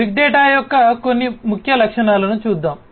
big data యొక్క కొన్ని ముఖ్య లక్షణాలను చూద్దాం